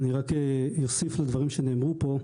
אני רק אוסיף לדברים שנאמרו פה,